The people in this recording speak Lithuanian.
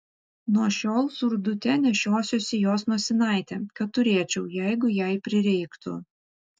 nuo šiol surdute nešiosiuosi jos nosinaitę kad turėčiau jeigu jai prireiktų